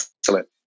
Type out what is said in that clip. Excellent